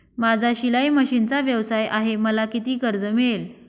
माझा शिलाई मशिनचा व्यवसाय आहे मला किती कर्ज मिळेल?